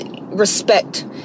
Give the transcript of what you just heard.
respect